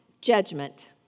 judgment